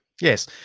Yes